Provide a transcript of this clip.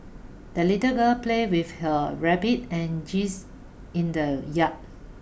the little girl played with her rabbit and geese in the yard